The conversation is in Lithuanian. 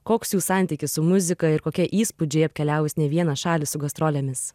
koks jų santykis su muzika ir kokie įspūdžiai apkeliavus ne vieną šalį su gastrolėmis